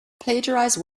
plagiarized